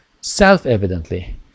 self-evidently